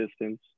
distance